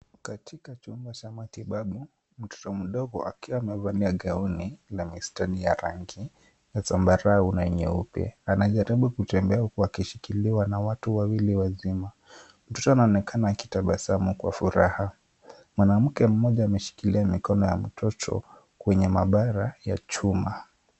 Katika chumba cha matibabu, mtoto mdogo akiwa amevalia gauni la mistari ya rangi ya zambarao na nyeupe. Anajaribu kutembea huku akishikiliwa na watu wawili wazima. Mtoto anaonekana akitabasamu kwa furaha. Mwanamke mmoja ameshikilia mikono ya mtoto, kwenye mabara ya chuma.